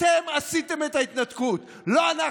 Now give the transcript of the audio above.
אתם עשיתם את ההתנתקות, לא אנחנו.